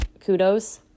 Kudos